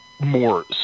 more